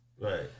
Right